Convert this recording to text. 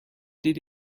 did